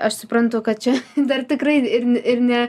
aš suprantu kad čia dar tikrai ir ir ne